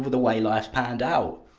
the way life's panned out.